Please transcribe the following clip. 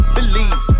believe